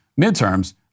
midterms